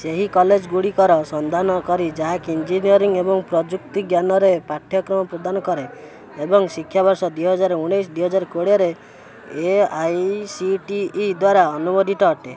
ସେହି କଲେଜ୍ ଗୁଡ଼ିକର ସନ୍ଧାନ କରି ଯାହାକି ଇଞ୍ଜିନିୟରିଂ ଏବଂ ପ୍ରଯୁକ୍ତିବିଜ୍ଞାନରେ ପାଠ୍ୟକ୍ରମ ପ୍ରଦାନ କରେ ଏବଂ ଶିକ୍ଷାବର୍ଷ ଦୁଇହଜାର ଉଣେଇଶ ଦୁଇହଜାର କୋଡ଼ିଏରେ A I C T E ଦ୍ଵାରା ଅନୁମୋଦିତ ଅଟେ